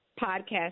podcast